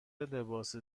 لباس